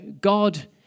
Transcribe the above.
God